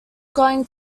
going